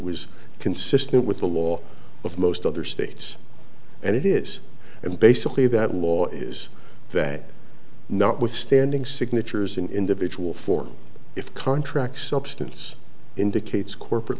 was consistent with the law of most other states and it is and basically that law is that notwithstanding signatures in individual form if contract substance indicates corporate